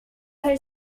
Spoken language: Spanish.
del